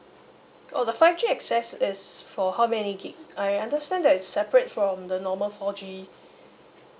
oh the five G access is for how many gig I understand that is separate from the normal four G